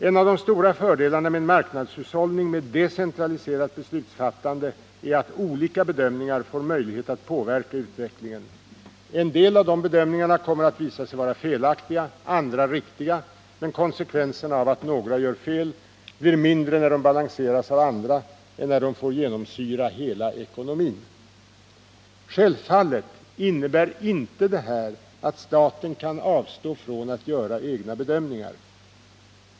En av de stora fördelarna med en marknadshushållning med decentraliserat beslutsfattande är att olika bedömningar får möjlighet att påverka utvecklingen. En del av dessa kommer att visa sig vara felaktiga, andra riktiga, men konsekvenserna av att några gör fel blir mindre när de balanseras av andra än när de får genomsyra hela ekonomin. Självfallet innebär inte det här att staten kan avstå från att göra egna bedömningar.